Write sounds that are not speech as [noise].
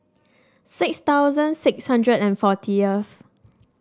six thousand six hundred and forty [unintelligible]